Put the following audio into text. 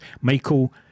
Michael